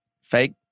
fake